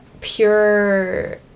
pure